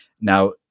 Now